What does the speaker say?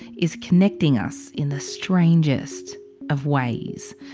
is connecting us in the strangest of ways.